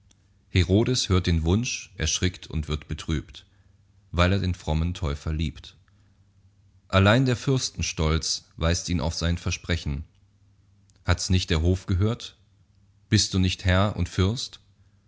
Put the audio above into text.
herodes hört den wunsch erschrickt und wird betrübt weil er den frommen täufer liebt allein der fürstenstolz weist ihn auf sein versprechen hats nicht der hof gehört bist du nicht herr und fürst